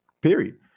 Period